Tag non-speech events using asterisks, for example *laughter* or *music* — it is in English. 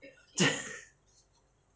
*laughs*